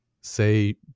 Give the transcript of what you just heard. say